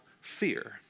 fear